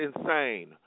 insane